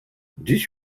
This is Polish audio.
dziś